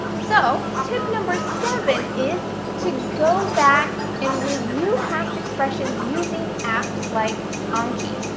so tip number seven is to go back and review past expressions using apps like anki.